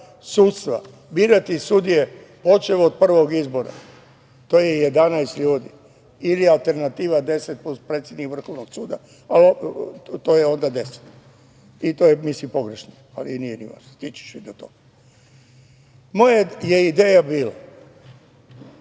sudstva birati sudije počev od prvog izbora, a to je 11 ljudi ili je alternativa 10 plus predsednik Vrhovnog suda, to je onda 10 i to je, mislim, pogrešno, ali nije ni važno. Moja je ideja bila